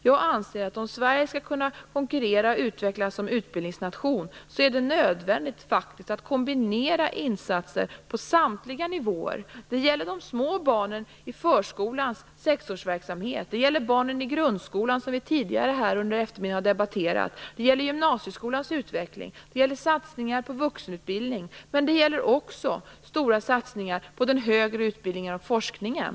Jag anser att det, om Sverige skall kunna konkurrera och utvecklas som utbildningsnation, faktiskt är nödvändigt att kombinera insatser på samtliga nivåer. Det gäller de små barnen i förskolans sexårsverksamhet. Det gäller barnen i grundskolan, som vi tidigare här under eftermiddagen har debatterat. Det gäller gymnasieskolans utveckling. Det gäller satsningar på vuxenutbildning. Det gäller också stora satsningar på den högre utbildningen och forskningen.